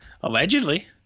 Allegedly